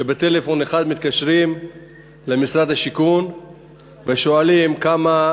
שבטלפון אחד, מתקשרים למשרד השיכון ושואלים כמה,